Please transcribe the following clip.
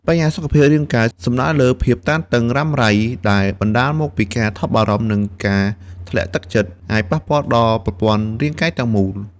បញ្ហាសុខភាពរាងកាយ សំដៅលើភាពតានតឹងរ៉ាំរ៉ៃដែលបណ្តាលមកពីការថប់បារម្ភ និងការធ្លាក់ទឹកចិត្ត អាចប៉ះពាល់ដល់ប្រព័ន្ធរាងកាយទាំងមូល។